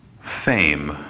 Fame